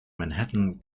manhattan